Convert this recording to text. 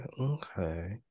okay